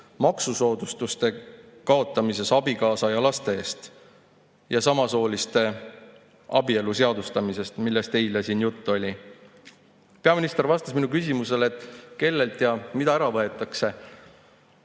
maksusoodustuste kaotamises abikaasa ja laste puhul ja samasooliste abielu seadustamises, millest eile siin juttu oli. Peaminister vastas minu küsimusele, et kellelt ja mida ära võetakse.